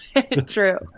True